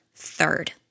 third